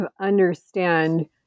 understand